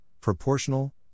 proportional